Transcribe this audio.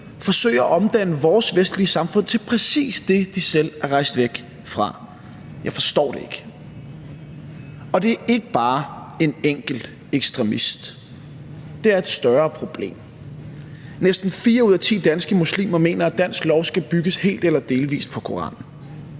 forsøger at omdanne vores vestlige samfund til præcis det, som de selv er rejst væk fra; jeg forstår det ikke. Og det er ikke bare en enkelt ekstremist – det er et større problem. Næsten fire ud af ti danske muslimer mener, at dansk lov skal bygges helt eller delvis på Koranen.